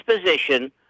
position